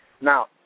Now